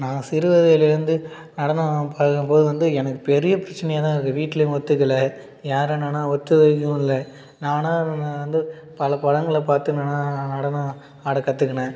நான் சிறுவயதிலேருந்து நடனம் பயிலும் போது வந்து எனக்கு பெரிய பிரச்சினையா தான் இருக்குது வீட்லேயும் ஒத்துக்கல யாரும் என்னெனா ஒத்துக்க இதுவும் இல்லை நானாக நான் வந்து பல படங்களை பார்த்து நானாக நடனம் ஆட கற்றுக்குனேன்